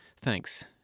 Thanks